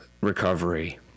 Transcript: recovery